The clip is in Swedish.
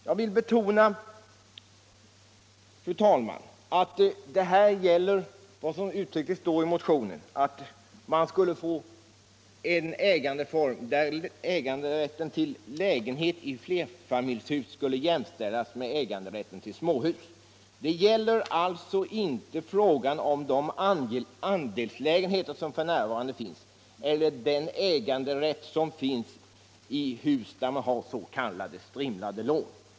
Jag vill betona, fru talman, att det här gäller vad som uttryckligen står i motionen, nämligen att man skulle få en ägandeform där äganderätten till lägenhet i flerfamiljshus skulle jämställas med äganderätt till småhus. Det gäller alltså inte de andelslägenheter som f. n. finns eller den äganderätt som finns i hus där man har s.k. strimlade lån.